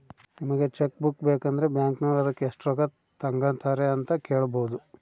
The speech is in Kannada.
ನಿಮಗೆ ಚಕ್ ಬುಕ್ಕು ಬೇಕಂದ್ರ ಬ್ಯಾಕಿನೋರು ಅದಕ್ಕೆ ಎಷ್ಟು ರೊಕ್ಕ ತಂಗತಾರೆ ಅಂತ ಕೇಳಬೊದು